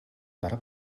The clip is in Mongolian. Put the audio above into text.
дарга